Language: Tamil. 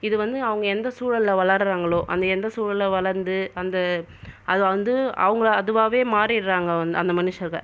இது வந்து அவங்க எந்த சூழலில் வளர்கிறாங்களோ அந்த எந்த சூழலில் வளர்ந்து அந்த அது வந்து அவங்கள் அதுவாகவே மாறிடுறாங்கள் அந்த மனுஷங்கள்